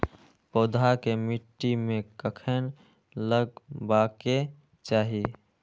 पौधा के मिट्टी में कखेन लगबाके चाहि?